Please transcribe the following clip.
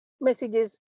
messages